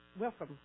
welcome